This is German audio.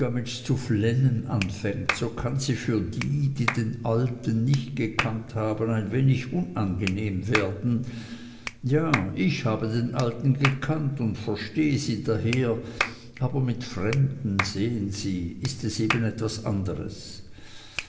zu flennen anfängt so kann sie für die die den alten nicht gekannt haben ein wenig unangenehm werden ja ich ich habe den alten gekannt und verstehe sie daher aber mit fremden sehen sie ist es eben etwas anderes